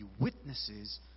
witnesses